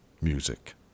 music